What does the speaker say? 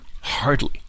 Hardly